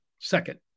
second